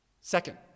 Second